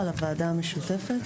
לעניין של הוועדה המשותפת שעלה פה?